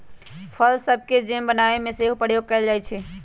फल सभके जैम बनाबे में सेहो प्रयोग कएल जाइ छइ